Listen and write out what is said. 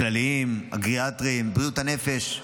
הכלליים, הגריאטריים, בריאות הנפש,